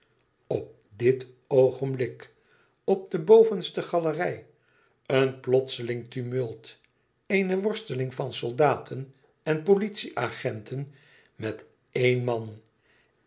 op dit oogenblik op de bovenste galerij een plotseling tumult eene worsteling van soldaten en politie-agenten met éen man